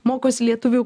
mokosi lietuvių